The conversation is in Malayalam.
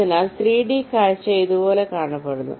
അതിനാൽ 3D കാഴ്ച ഇതുപോലെ കാണപ്പെടുന്നു